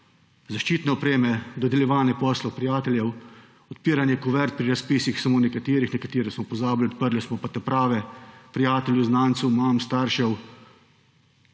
zaščitne opreme, dodeljevanju poslov prijateljev, odpiranje kuvert pri razpisih samo nekaterih, nekatere so pozabili, odprli so pa ta prave, prijatelju, znancu, staršev,